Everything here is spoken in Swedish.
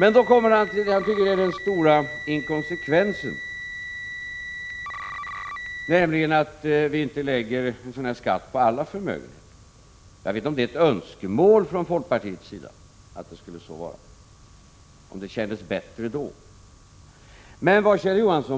Sedan kommer han till det som han tycker är den stora inkonsekvensen, nämligen att vi inte lägger denna skatt på alla förmögenheter. Jag vet inte om det är ett önskemål från folkpartiets sida och om det skulle kännas bättre, om det så skulle vara.